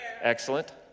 Excellent